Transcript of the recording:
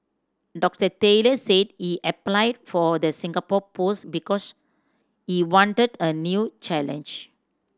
Doctor Taylor said he applied for the Singapore post because he wanted a new challenge